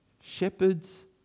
shepherds